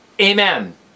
amen